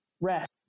rest